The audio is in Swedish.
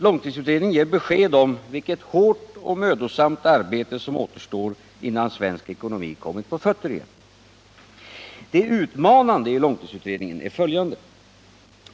Långtidsutredningen ger besked om vilket hårt och mödosamt arbete som återstår, innan svensk ekonomi kommit på fötter igen. Det utmanande i långtidsutredningen är följande.